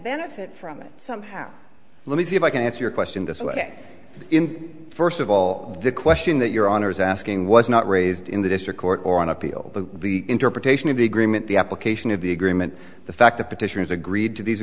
benefit from it somehow let me see if i can answer your question this way first of all the question that your honor is asking was not raised in the district court or on appeal but the interpretation of the agreement the application of the agreement the fact the petitioners agreed to these